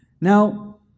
Now